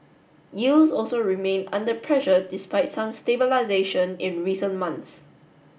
yields also remain under pressure despite some stabilisation in recent months